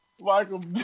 Michael